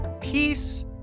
Peace